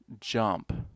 jump